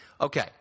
Okay